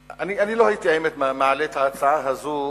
חושב, לא הייתי, האמת, מעלה את ההצעה הזאת